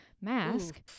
mask